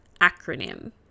acronym